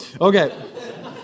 Okay